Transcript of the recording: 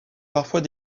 parfois